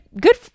good